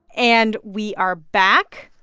and we are back.